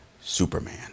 Superman